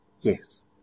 yes